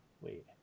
wait